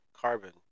carbon